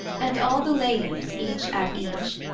and all the ladies, each at each,